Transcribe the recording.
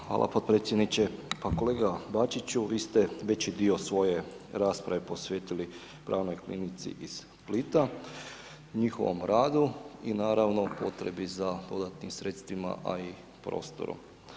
Hvala podpredsjedniče, pa kolega Bačiću vi ste veći dio svoje rasprave posvetili pravnoj klinici iz Splita, njihovom radu i naravno potrebi za dodatnim sredstvima, a i prostorom.